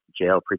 jail